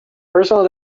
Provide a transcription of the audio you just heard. personal